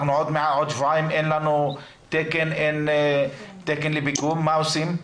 בעוד שבועיים אין לנו תקן לפיגום, מה עושים?